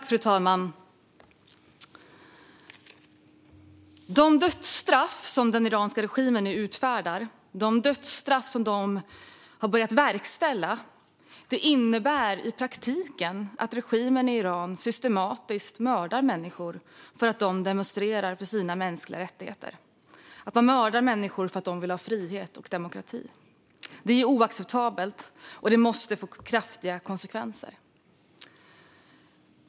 Fru talman! De dödsstraff som den iranska regimen nu utfärdar - de dödsstraff som man har börjat verkställa - innebär i praktiken att regimen i Iran systematiskt mördar människor för att de demonstrerar för sina mänskliga rättigheter, att man mördar människor för att de vill ha frihet och demokrati. Det är oacceptabelt, och det måste få kraftiga konsekvenser.